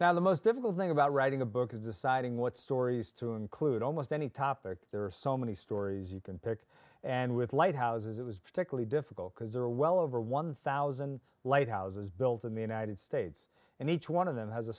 now the most difficult thing about writing a book is deciding what stories to include almost any topic there are so many stories you can pick and with lighthouses it was particularly difficult because there are well over one thousand light houses built in the united states and each one of them has a